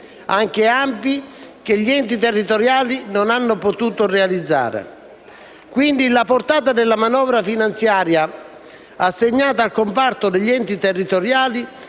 anche ampi, che gli enti territoriali non hanno potuto utilizzare. Quindi la portata della manovra finanziaria assegnata al comparto degli enti territoriali